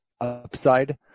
upside